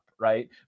right